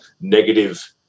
negative